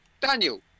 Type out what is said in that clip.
Daniel